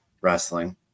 Wrestling